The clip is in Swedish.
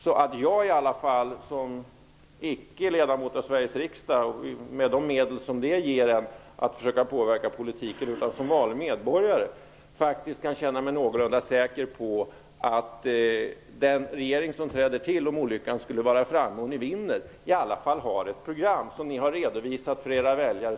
Då kan jag, icke som ledamot av Sveriges riksdag men som vanlig medborgare, känna mig någorlunda säker på att den regering som träder till, om olyckan skulle vara framme och ni vinner valet, i alla fall har ett program som man har redovisat för sina väljare.